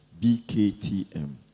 BKTM